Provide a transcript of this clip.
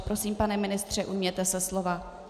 Prosím, pane ministře, ujměte se slova.